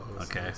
Okay